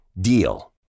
DEAL